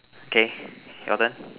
okay your turn